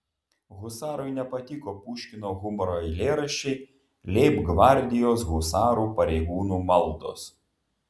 husarui nepatiko puškino humoro eilėraščiai leibgvardijos husarų pareigūnų maldos